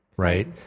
Right